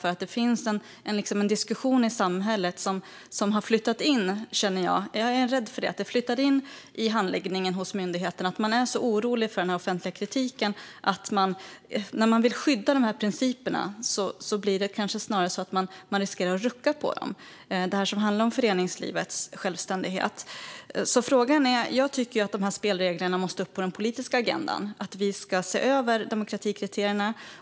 Jag är rädd för att det finns en diskussion i samhället som har flyttat in i handläggningen hos myndigheten. Man är orolig för den offentliga kritiken, och när man vill skydda dessa principer riskerar man kanske snarare att rucka på dem. De handlar om föreningslivets självständighet. Jag tycker att spelreglerna måste upp på den politiska agendan och att vi ska se över demokratikriterierna.